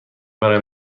برای